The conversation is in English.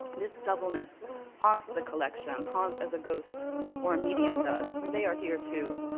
this doubleness haunts the collection, haunts as a ghost or a medium does, for they are here too.